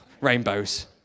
rainbows